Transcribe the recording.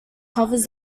covers